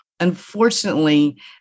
Unfortunately